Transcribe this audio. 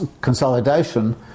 consolidation